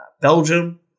Belgium